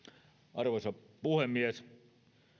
arvoisa puhemies